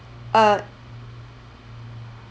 uh